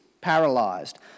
paralysed